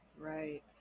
Right